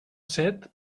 set